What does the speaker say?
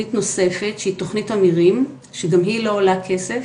תוכנית נוספת שהיא תוכנית אמירים שגם היא לא עולה כסף,